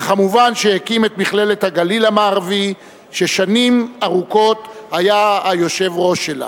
וכמובן כשהקים את מכללת הגליל המערבי ששנים ארוכות היה היושב-ראש שלה.